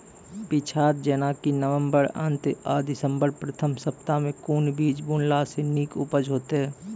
पीछात जेनाकि नवम्बर अंत आ दिसम्बर प्रथम सप्ताह मे कून बीज बुनलास नीक उपज हेते?